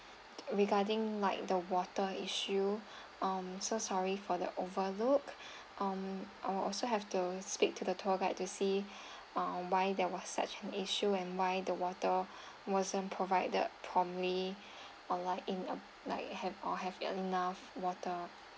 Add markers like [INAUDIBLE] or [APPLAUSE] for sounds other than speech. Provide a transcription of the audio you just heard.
regarding like the water issue [BREATH] um so sorry for the overlook [BREATH] um I'll also have to speak to the tour guide to see [BREATH] um why there was such an issue and why the water wasn't provided promptly [BREATH] on like in uh like have or have enough water